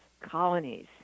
colonies